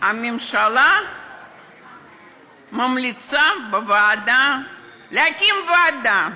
הממשלה ממליצה בוועדה להקים ועדה.